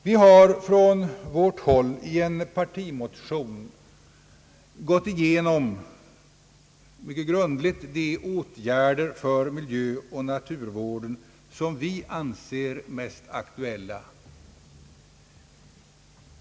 Vi har från vårt håll i en partimotion mycket grundligt gått igenom de åtgärder för miljöoch naturvården som vi anser mest aktuella.